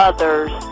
Others